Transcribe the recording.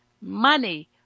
money